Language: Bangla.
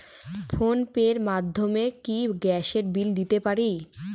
ফোন পে র মাধ্যমে কি গ্যাসের বিল দিতে পারি?